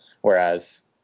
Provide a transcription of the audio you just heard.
Whereas